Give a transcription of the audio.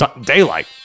daylight